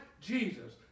Jesus